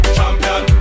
Champion